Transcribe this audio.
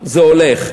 זה הולך.